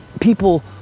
people